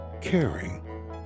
caring